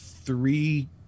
three